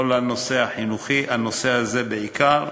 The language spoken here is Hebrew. כל הנושא החינוכי, הנושא הזה בעיקר,